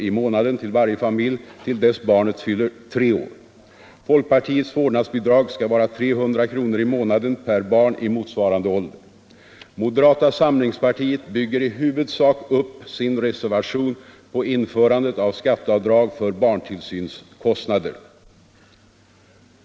i månaden till varje familj till dess barnet fyller tre år. Folkpartiets vårdnadsbidrag skall vara 300 kr. i månaden per barn i motsvarande ålder. Moderata samlingspartiet bygger i huvudsak upp sin reservation på införandet av skatteavdrag för barntillsynskostnader.